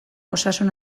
osasun